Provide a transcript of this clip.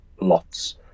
lots